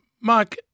Mark